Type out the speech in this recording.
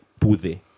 pude